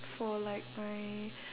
for like my